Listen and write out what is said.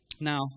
Now